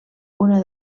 una